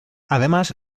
además